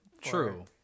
True